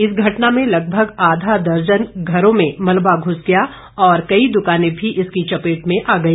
इस घटना में लगभग आधा दर्जन घरों में मलबा घूस गया और कई दुकाने भी इसकी चपेट में आ गई